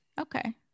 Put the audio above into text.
Okay